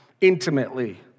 intimately